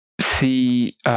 see